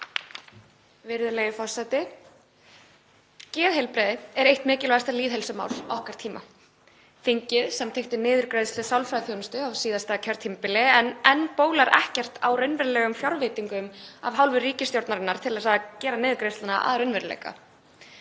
Virðulegi forseti. Geðheilbrigði er eitt mikilvægasta lýðheilsumál okkar tíma. Þingið samþykkti niðurgreiðslu sálfræðiþjónustu á síðasta kjörtímabili en enn bólar ekkert á raunverulegum fjárveitingum af hálfu ríkisstjórnarinnar til að gera niðurgreiðsluna að raunveruleika.